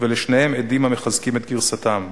ולשניהם עדים המחזקים את גרסתם.